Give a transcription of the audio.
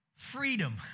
Freedom